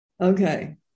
Okay